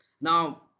Now